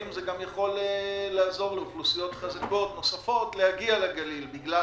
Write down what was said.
מדובר בכלי התיישבותי מאוד משמעותי ומאוד